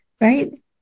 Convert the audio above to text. right